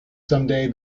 someday